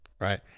Right